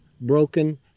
broken